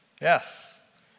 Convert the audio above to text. Yes